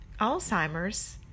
Alzheimer's